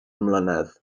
mlynedd